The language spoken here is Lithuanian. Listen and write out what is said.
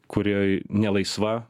kurioj nelaisva